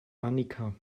annika